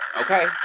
Okay